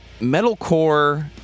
metalcore